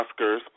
Oscars